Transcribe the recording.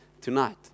tonight